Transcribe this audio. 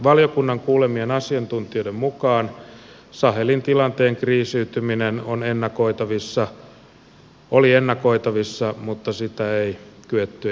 valiokunnan kuulemien asiantuntijoiden mukaan sahelin tilanteen kriisiytyminen oli ennakoitavissa mutta sitä ei kyetty ehkäisemään